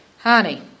Honey